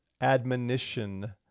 admonition